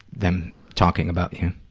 them talking about you?